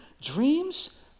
Dreams